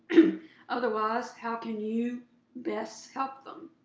otherwise, how can you best help them?